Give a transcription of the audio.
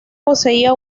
poseía